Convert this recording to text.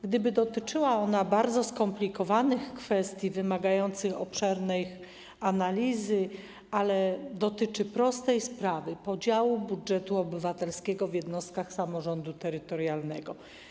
Gdyby dotyczyła ona bardzo skomplikowanych kwestii wymagających obszernych analiz, to byłoby zrozumiałe, ale dotyczy prostej sprawy: podziału budżetu obywatelskiego w jednostkach samorządu terytorialnego.